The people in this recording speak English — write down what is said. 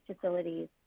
facilities